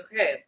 okay